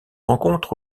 rencontre